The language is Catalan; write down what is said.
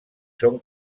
són